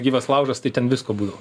gyvas laužas tai ten visko būdavo